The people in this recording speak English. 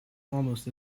almost